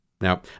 now